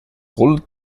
col